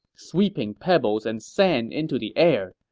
sweeping pebbles and sand into the air.